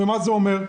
מה זה אומר?